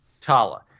Tala